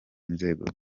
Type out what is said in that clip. inzego